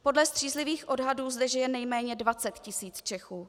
Podle střízlivých odhadů zde žije nejméně 20 tisíc Čechů.